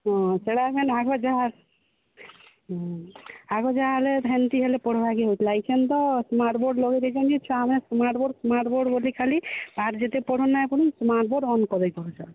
ହଁ ସେଇଟା କେନ୍ ଆଗ ଯାହା ହୁଁ ଆଗ ଯାହାହେଲେ ହେନ୍ତି ହେଲେ ପଢ଼ବାକେ ହେଉଥିଲା ଏଇଖେନ୍ ତ ସ୍ମାର୍ଟବୋର୍ଡ଼୍ ଲଗେଇ ଦେଇଛନ୍ତି ଯେ ଛୁଆମାନେ ସ୍ମାର୍ଟବୋର୍ଡ଼୍ ସ୍ମାର୍ଟବୋର୍ଡ଼୍ ବୋଲି ଖାଲି ପାଠ୍ ଯେତେ ପଢ଼ୁନାଇଁ କରି ସ୍ମାର୍ଟବୋର୍ଡ଼୍ ଅନ୍ କରେ କହୁଛନ୍